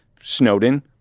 Snowden